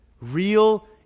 Real